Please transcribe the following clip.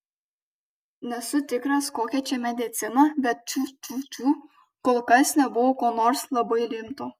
nesu tikras kokia čia medicina bet tfu tfu tfu kol kas nebuvo ko nors labai rimto